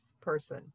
person